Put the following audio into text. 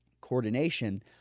coordination